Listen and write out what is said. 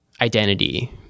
identity